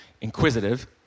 inquisitive